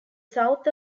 south